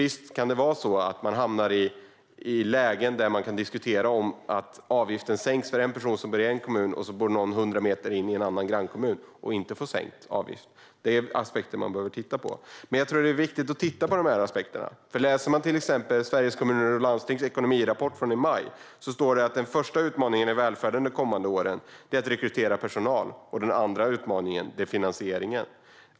Visst kan det vara så att man hamnar i lägen där man kan diskutera att avgiften sänks för en person som bor i en kommun medan den som bor hundra meter bort, i en grannkommun, inte får sänkt avgift. Det är aspekter man behöver titta på. Jag tror dock att det är viktigt att titta på de aspekterna, för läser man till exempel Sveriges Kommuner och Landstings ekonomirapport från i maj ser man att den första utmaningen i välfärden under de kommande åren är att rekrytera personal. Den andra utmaningen är finansieringen.